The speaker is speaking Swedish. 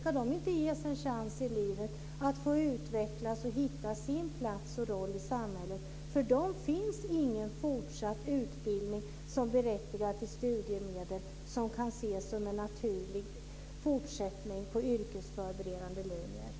Ska de inte ges en chans i livet att få utvecklas och hitta sin plats och roll i samhället? För dem finns ingen fortsatt utbildning som berättigar till studiemedel och som kan ses som en naturlig fortsättning på yrkesförberedande linjer.